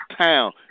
town